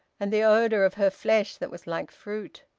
and the odour of her flesh that was like fruit.